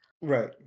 Right